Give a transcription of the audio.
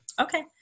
Okay